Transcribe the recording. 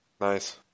Nice